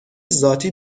ذاتی